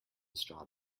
straw